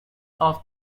off